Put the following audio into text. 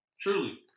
Truly